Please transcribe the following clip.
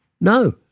No